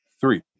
three